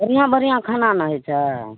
बढ़िऑं बढ़िऑं खाना ने होइ छै